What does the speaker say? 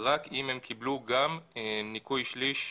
רק אם הם קיבלו גם ניכוי שליש,